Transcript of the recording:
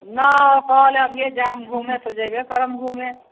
ने ओ कहलक जायब घुमे तऽ जेबे करब घुमे